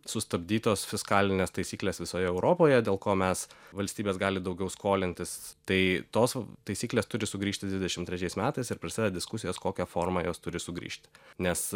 sustabdytos fiskalinės taisykles visoje europoje dėl ko mes valstybės gali daugiau skolintis tai tos taisyklės turi sugrįžti dvidešimt trečiais metais ir prasideda diskusijos kokia forma jos turi sugrįžti nes